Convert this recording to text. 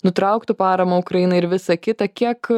nutrauktų paramą ukrainai ir visa kita kiek